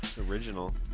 original